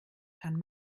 kann